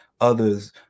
others